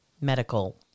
medical